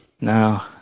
No